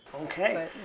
okay